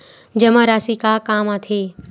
जमा राशि का काम आथे?